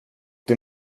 den